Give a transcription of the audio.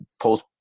post